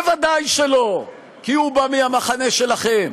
ודאי שלא, כי הוא בא מהמחנה שלכם.